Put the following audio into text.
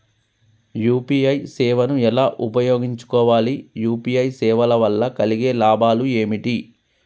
UPI సేవను ఎలా ఉపయోగించు కోవాలి? యూ.పీ.ఐ సేవల వల్ల కలిగే లాభాలు ఏమిటి?